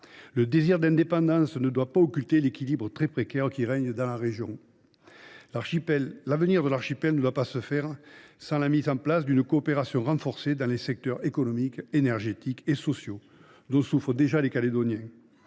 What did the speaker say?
Le désir d’indépendance ne doit pas occulter l’équilibre très précaire qui règne dans la région. L’avenir de l’archipel ne peut s’organiser sans mettre en place une coopération renforcée dans les secteurs économiques, énergétiques et sociaux, déjà en souffrance.